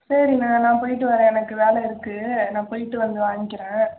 சரிண்ண நான் போயிட்டு வரேன் எனக்கு வேலை இருக்குது நான் போயிட்டு வந்து வாங்கிகிறேன்